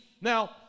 Now